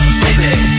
baby